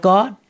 God